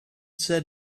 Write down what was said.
said